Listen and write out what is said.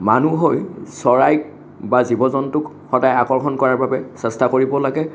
মানুহ হৈ চৰাইক বা জীৱজন্তুক সদায় আকৰ্ষণ কৰাৰ বাবে চেষ্টা কৰিব লাগে